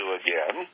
again